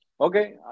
okay